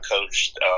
coached